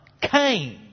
came